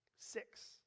six